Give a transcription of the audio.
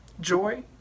Joy